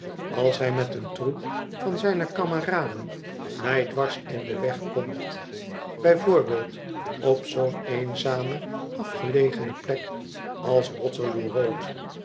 als hij met een troep van zijne kameraden mij dwars in den weg komt bij voorbeeld op zoo'n eenzame afgelegene plek als waterloo road